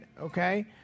okay